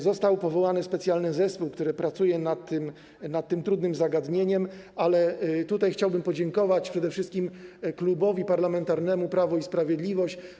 Został powołany specjalny zespół, który pracuje nad tym trudnym zagadnieniem, ale tutaj chciałbym podziękować przede wszystkim Klubowi Parlamentarnemu Prawo i Sprawiedliwość.